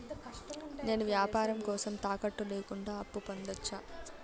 నేను వ్యాపారం కోసం తాకట్టు లేకుండా అప్పు పొందొచ్చా?